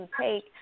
take